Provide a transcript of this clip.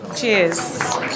Cheers